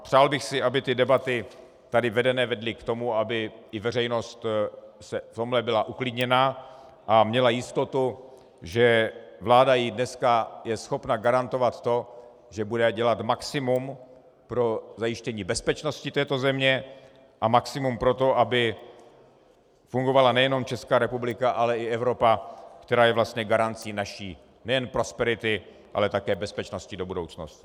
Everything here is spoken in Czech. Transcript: Přál bych si, aby debaty tady vedené k tomu vedly k tomu, aby i veřejnost v tomto byla uklidněna a měla jistotu, že vláda jí dneska je schopna garantovat to, že bude dělat maximum pro zajištění bezpečnosti této země a maximum pro to, aby fungovala nejen Česká republika, ale i Evropa, která je vlastně garancí naší nejen prosperity, ale také bezpečnosti do budoucnosti.